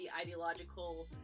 ideological